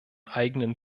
eigenen